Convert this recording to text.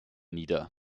nieder